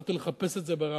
והלכתי לחפש את זה ברמת-גן.